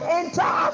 enter